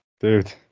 dude